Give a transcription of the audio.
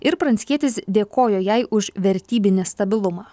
ir pranckietis dėkojo jai už vertybinį stabilumą